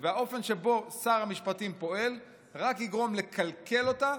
והאופן שבו שר המשפטים פועל רק יגרום לקלקל אותה,